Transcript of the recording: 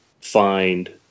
find